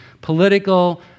political